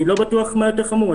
אני לא בטוח מה יותר חמור.